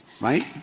Right